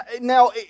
now